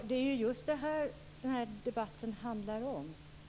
Fru talman! Det är just detta debatten handlar om.